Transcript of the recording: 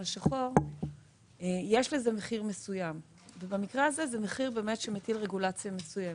השחור יש לזה מחיר מסוים ובמקרה הזה זה מחיר שמטיל רגולציה מסוימת.